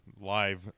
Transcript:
live